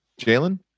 jalen